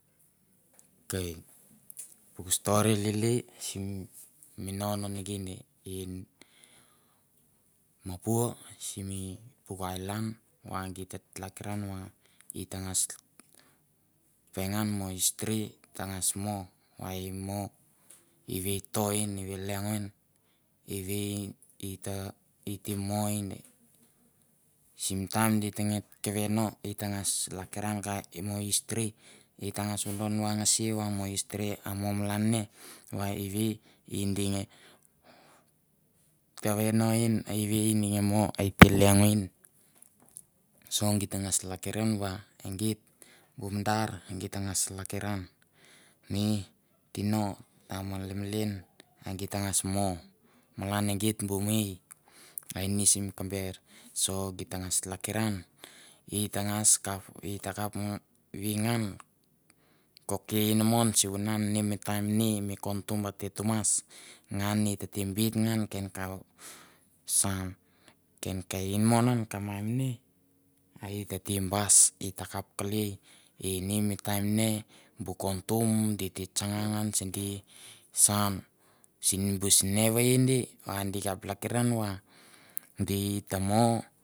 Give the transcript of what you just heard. Ok puk stori lili sim mino nikin i mapua simi puk ailan va git ta tlakiran va ita ngas pengan mo history ta ngas mo va i mo. i ve e to en. i ve e leong in. i ve i te mo in. Sim taim di te nge keve no. ita ngas lakiran ka mo history ita ngas vodon vangasia vamo history a mo malan ne va ive ding nge keve no in. ive in eng nga mo a i te leon in. so git ta ngas lakiran va egeit bu mandar ta ngas tlakiran mi tino ta ma limlim a di ta ngas mo malan e geit bu mei ai ni sim kamber so gi ta ngas laklian i ta ngas kav i ta kap nga i takap vi ngan. ko ke inamon sliunan ane mi taim ni mi kontum ate tumas ngan ne etate beit ngan ken ka saun. ken ka inamon an ka mai mane. i ta te bas i ttakap kelei. Ni mi taim ne bu kontumgeit te stanga ngan bu saun sina vei